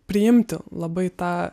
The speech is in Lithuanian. priimti labai tą